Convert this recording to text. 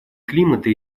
климата